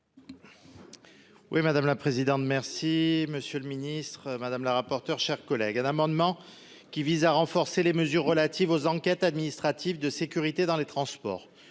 Oui madame la présidente. Merci, monsieur le Ministre, madame la rapporteure chers collègues un amendement qui vise à renforcer les mesures relatives aux enquêtes administratives de sécurité dans les transports.